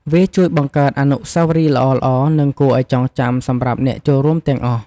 វាជួយបង្កើតអនុស្សាវរីយ៍ល្អៗ និងគួរឲ្យចងចាំសម្រាប់អ្នកចូលរួមទាំងអស់។